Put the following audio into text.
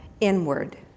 inward